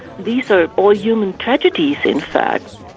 these are all human tragedies in fact.